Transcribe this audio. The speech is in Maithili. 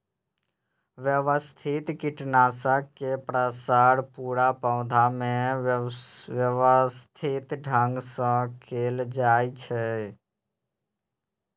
व्यवस्थित कीटनाशक के प्रसार पूरा पौधा मे व्यवस्थित ढंग सं कैल जाइ छै